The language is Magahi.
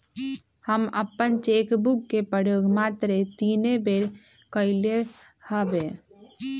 हम अप्पन चेक बुक के प्रयोग मातरे तीने बेर कलियइ हबे